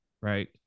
right